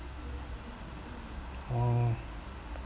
oh